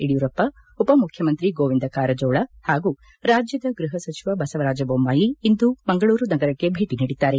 ಯಡಿಯೂರಪ್ಪ ಉಪಮುಖ್ಯಮಂತ್ರಿ ಗೋವಿಂದ ಕಾರಜೋಳ ಹಾಗೂ ರಾಜ್ಯದ ಗೃಹ ಸಚಿವ ಬಸವರಾಜ ಬೊಮ್ಮಾಯಿ ಇಂದು ಮಂಗಳೂರು ನಗರಕ್ಕೆ ಭೇಟಿ ನೀಡಿದ್ದಾರೆ